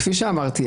כפי שאמרתי,